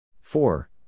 Four